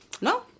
No